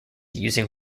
using